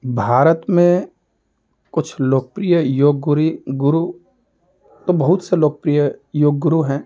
भारत में कुछ लोकप्रिय योग गुरी गुरु तो बहुत से लोकप्रिय योग गुरु हैं